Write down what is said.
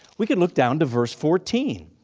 we can look down to verse fourteen.